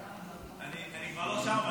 אני כבר לא שם,